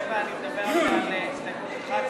סעיף 6, כהצעת הוועדה,